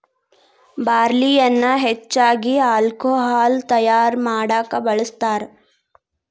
ಬಾರ್ಲಿಯನ್ನಾ ಹೆಚ್ಚಾಗಿ ಹಾಲ್ಕೊಹಾಲ್ ತಯಾರಾ ಮಾಡಾಕ ಬಳ್ಸತಾರ